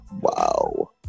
wow